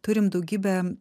turim daugybę